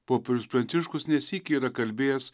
popiežius pranciškus ne sykį yra kalbėjęs